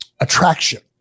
attraction